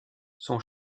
son